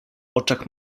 oczach